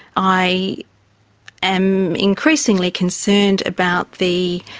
i am increasingly concerned about the